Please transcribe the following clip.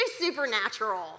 supernatural